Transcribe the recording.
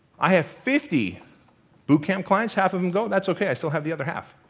i have fifty boot camp clients, half of them go, that's okay i still have the other half,